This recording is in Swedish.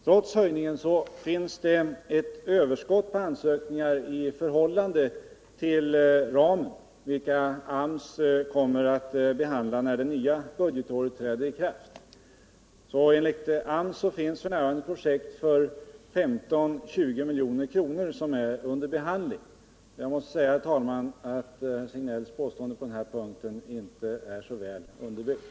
Trots höjningen finns det ett överskott på ansökningar i förhållande till ramen som AMS kommer att behandla när det nya budgetåret trätt i kraft. Enligt AMS finns f. n. projekt för 15-20 milj.kr. under behandling. Jag måste säga, herr talman, att herr Signells påstående på den här punkten inte är så väl underbyggt.